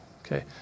Okay